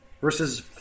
versus